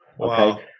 Okay